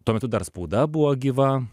tuo metu dar spauda buvo gyva